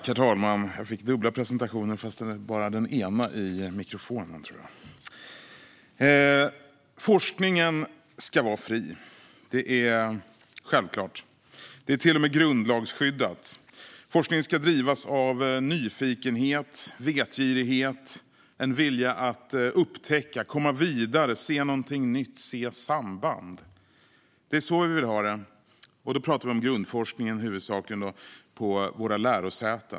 Herr talman! Forskningen ska vara fri; det är självklart. Det är till och med grundlagsskyddat. Forskningen ska drivas av nyfikenhet och vetgirighet och av en vilja att upptäcka, komma vidare, se något nytt och se samband. Det är så vi vill ha det, och då talar vi huvudsakligen om grundforskningen på våra lärosäten.